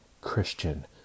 Christian